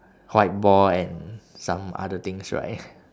white ball and some other things right